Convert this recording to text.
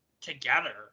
together